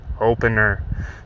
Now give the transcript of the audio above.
opener